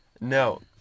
no